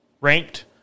ranked